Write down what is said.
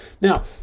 Now